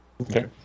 okay